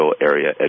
Area